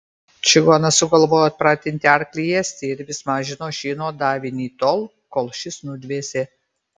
čigonas sugalvojo atpratinti arklį ėsti ir vis mažino šieno davinį tol kol šis nudvėsė